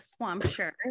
Swampshire